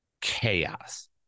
chaos